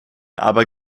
aber